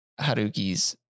Haruki's